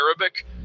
Arabic